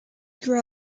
grew